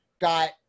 got